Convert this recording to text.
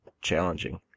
challenging